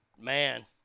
Man